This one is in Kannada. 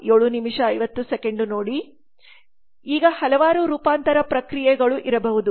ಈಗ ಹಲವಾರು ರೂಪಾಂತರ ಪ್ರಕ್ರಿಯೆಗಳು ಇರಬಹುದು